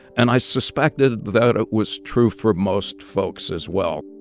and i suspected that it was true for most folks as well